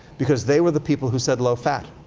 because they were the people who said low-fat,